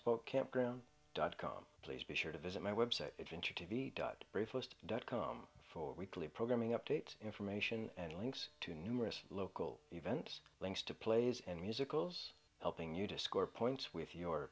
spoke campground dot com please be sure to visit my website it's interesting v dot briefest dot com for weekly programming update information and links to numerous local events links to plays and musicals helping you to score points with your